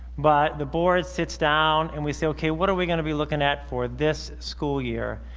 but the board sits down and we say okay what are we going to be looking at for this school year.